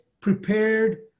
prepared